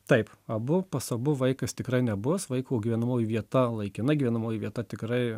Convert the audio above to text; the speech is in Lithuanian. taip abu pas abu vaikas tikrai nebus vaiko gyvenamoji vieta laikina gyvenamoji vieta tikrai